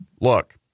look